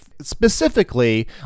specifically